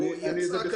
היא יצאה